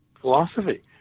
philosophy